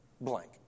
Blank